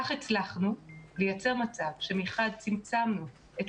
כך הצלחנו לייצר מצב שמחד צמצמנו את